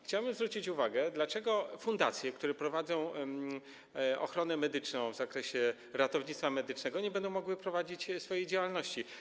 Chciałbym zwrócić uwagę na to, dlaczego fundacje, które prowadzą ochronę medyczną w zakresie ratownictwa medycznego, nie będą mogły prowadzić swojej działalności.